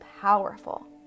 powerful